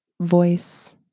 voice